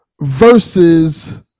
versus